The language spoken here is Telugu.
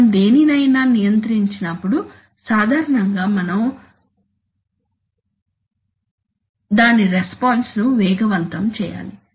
మనం దేనినైనా నియంత్రించినప్పుడు సాధారణంగా మనం దాని రెస్పాన్స్ ను వేగం వంతం చేయాలి